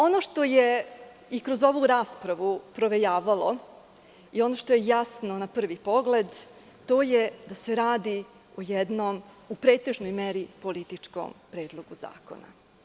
Ono što je i kroz ovu raspravu provejavalo i ono što je jasno na prvi pogled, to je da se radi o jednom, u pretežnoj meri političkom predlogu zakona.